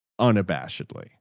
unabashedly